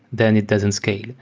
then it doesn't scale,